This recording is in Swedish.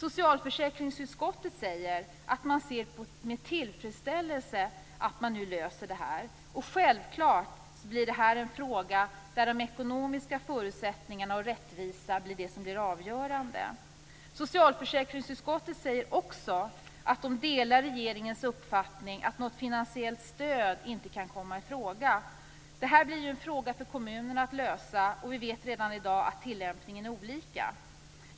Socialförsäkringsutskottet säger att man ser med tillfredsställelse att frågan nu löses. Självklart är det de ekonomiska förutsättningarna och rättvisa som blir avgörande. Socialförsäkringsutskottet säger också att man delar regeringens uppfattning att något finansiellt stöd inte kan komma i fråga. Det här blir en fråga för kommunerna att lösa. Vi vet redan i dag att tillämpningen är olika.